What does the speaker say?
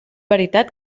veritat